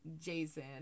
Jason